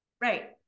Right